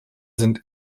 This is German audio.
sind